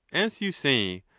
as you say,